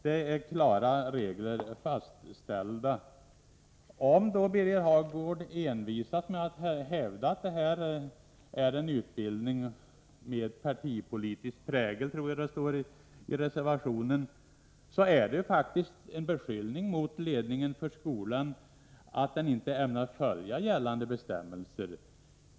Det finns klara regler fastställda. Om Birger Hagård envisas med att hävda att detta är en utbildning med partipolitisk prägel — jag tror att det stod så i reservationen — är det faktiskt en beskyllning mot ledningen av skolan för att den inte ämnar följa gällande bestämmelser.